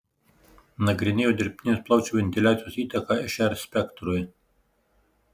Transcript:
nagrinėjo dirbtinės plaučių ventiliacijos įtaką šr spektrui